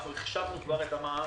החשבנו כבר את המע"מ.